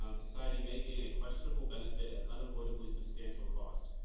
um society may gain a questionable benefit at unavoidably substantial cost.